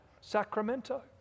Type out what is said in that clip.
Sacramento